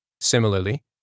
Similarly